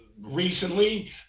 recently